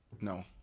no